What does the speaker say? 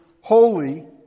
holy